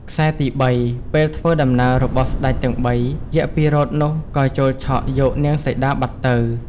ខ្សែទី៣ ពេលធ្វើដំណើររបស់ស្ដេចទាំងបី យក្សពិរោធនោះក៏ចូលឆក់យកនាងសីតាបាត់ទៅ។